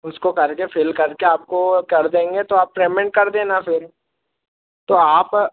उसको करके फ़िल करके आपको कर देंगे तो आप पेमेन्ट कर देना फिर तो आप